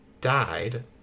died